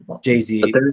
jay-z